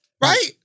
Right